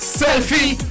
selfie